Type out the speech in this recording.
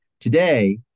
Today